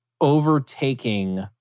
overtaking